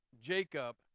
Jacob